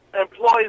employees